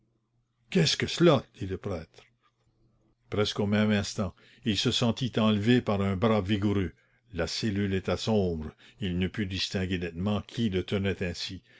qu'est-ce que cela dit le prêtre presque au même instant il se sentit enlever par un bras vigoureux la cellule était sombre il ne put distinguer nettement qui le tenait ainsi